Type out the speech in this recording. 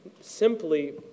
simply